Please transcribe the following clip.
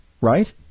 right